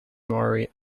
maury